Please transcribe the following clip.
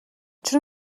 учир